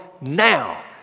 now